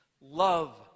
Love